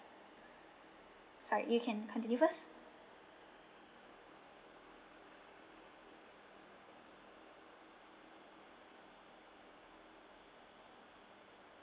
sorry you can continue first